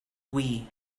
wii